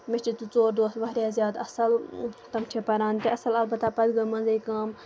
مےٚ چھِ زٕ ژور دوس واریاہ زیادٕ اَصٕل تِم چھِ پران تہِ اَصٕل اَلبتہ پَتہٕ گٔے منٛزَے کٲم